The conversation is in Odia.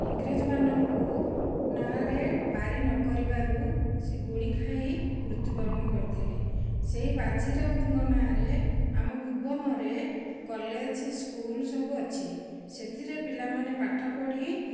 ଇଂରେଜମାନଙ୍କୁ ନାଆରେ ପାରି ନ କରିବାରୁ ସେ ଗୁଳି ଖାଇ ମୃତ୍ୟୁବରଣ କରିଥିଲେ ସେହି ବାଜିରାଉତଙ୍କ ନାଁରେ ଆମ ଭୁବନରେ କଲେଜ୍ ସ୍କୁଲ୍ ସବୁ ଅଛି ସେଥିରେ ପିଲାମାନେ ପାଠ ପଢ଼ି